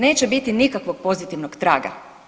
Neće biti nikakvog pozitivnog traga.